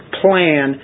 plan